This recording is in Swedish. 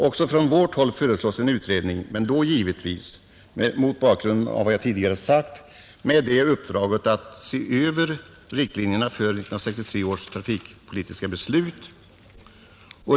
Också från vårt håll föreslås en utredning men då givetvis, mot bakgrunden av vad jag tidigare har sagt, med det uppdraget att även se över riktlinjerna för 1963 års trafikpolitiska beslut.